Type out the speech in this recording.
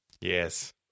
Yes